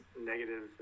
negative